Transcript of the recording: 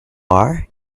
are